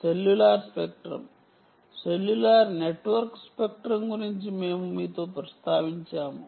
cellular spectrum cellular network spectrum గురించి మేము మీతో ప్రస్తావించాము